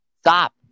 Stop